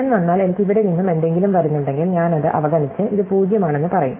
ഞാൻ വന്നാൽ എനിക്ക് ഇവിടെ നിന്നും എന്തെങ്കിലും വരുന്നുണ്ടെങ്കിൽ ഞാൻ അത് അവഗണിച്ച് ഇത് 0 ആണെന്ന് പറയും